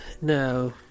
No